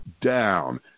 down